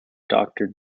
doctor